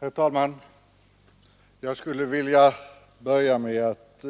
Herr talman! Jag skulle vilja börja med att